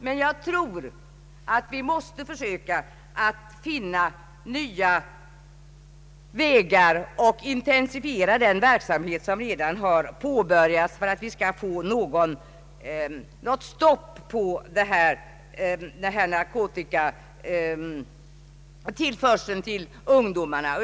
Vi måste dock här i Sverige försöka finna nya vägar och intensifiera den verksamhet som redan påbörjats för att få stopp på narkotikatillförseln till ungdomarna.